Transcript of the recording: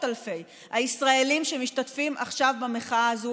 אלפי הישראלים שמשתתפים עכשיו במחאה הזאת.